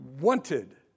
wanted